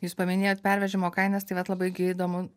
jūs paminėjot pervežimo kainas tai vat labai gi įdomu